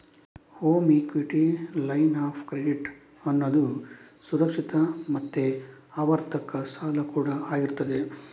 home equity line of credit ಅನ್ನುದು ಸುರಕ್ಷಿತ ಮತ್ತೆ ಆವರ್ತಕ ಸಾಲ ಕೂಡಾ ಆಗಿರ್ತದೆ